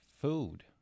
food